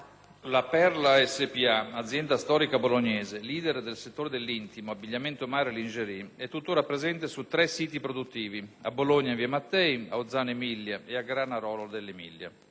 "La Perla S.p.A", azienda storica bolognese, *leader* nel settore dell'intimo, dell'abbigliamento mare e della *lingerie*, è tuttora presente su tre siti produttivi: a Bologna in via Mattei, a Ozzano Emilia e a Granarolo dell'Emilia.